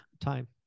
time